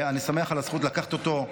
אני שמח על הזכות לקחת אותו,